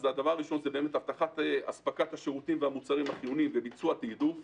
הדבר הראשון הוא הבטחת אספקת השירותים והמוצרים החיוניים וביצוע תעדוף.